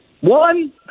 One